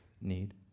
need